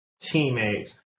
teammates